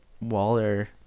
Waller